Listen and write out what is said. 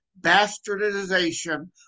bastardization